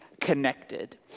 Connected